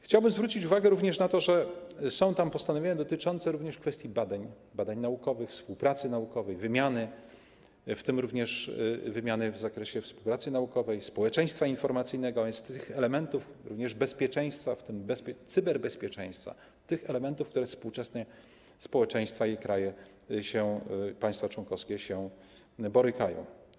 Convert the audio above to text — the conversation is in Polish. Chciałbym zwrócić uwagę również na to, że są tam postanowienia dotyczące kwestii badań naukowych, współpracy naukowej, wymiany, w tym również wymiany w zakresie współpracy naukowej, społeczeństwa informacyjnego, a więc również elementów bezpieczeństwa, w tym cyberbezpieczeństwa - tych elementów, z którymi współczesne społeczeństwa i kraje, państwa członkowskie się borykają.